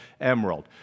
emerald